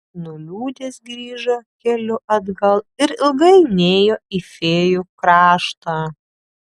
nuliūdęs grįžo keliu atgal ir ilgai nėjo į fėjų kraštą